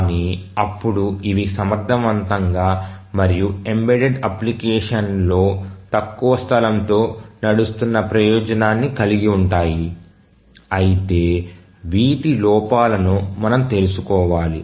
కానీ అప్పుడు ఇవి సమర్థవంతంగా మరియు ఎంబెడెడ్ అప్లికేషన్లో తక్కువ స్థలంతో నడుస్తున్న ప్రయోజనాన్ని కలిగి ఉంటాయి అయితే వీటి లోపాలను మనం తెలుసుకోవాలి